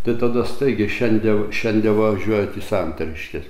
tai tada staigiai šiandie šiandie važiuojat į santariškes